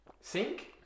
Sink